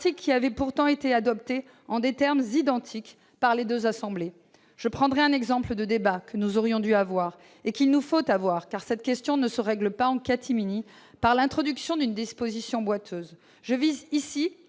qui avaient pourtant été adoptés en des termes identiques par les deux assemblées. Je prendrai un exemple de débat que nous aurions dû avoir, qu'il nous faut avoir, car cette question ne peut se régler en catimini, par l'introduction d'une disposition boiteuse. Je vise ici